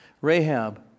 Rahab